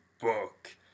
book